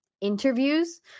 interviews